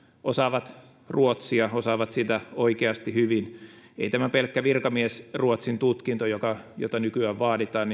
osaavat ruotsia osaavat sitä oikeasti hyvin ei tämä pelkkä virkamiesruotsin tutkinto jota jota nykyään vaaditaan